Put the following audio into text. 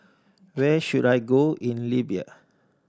where should I go in Libya